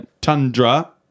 Tundra